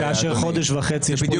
איזה